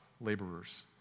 laborers